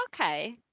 okay